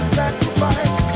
sacrifice